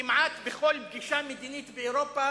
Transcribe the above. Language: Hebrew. כמעט בכל פגישה מדינית באירופה,